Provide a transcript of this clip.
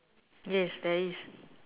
yes there is